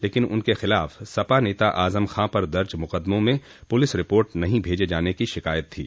लेकिन उनके खिलाफ सपा नेता आजम खां पर दर्ज मुकदमों में पुलिस रिपोर्ट नहीं भेजे जाने की शिकायत थी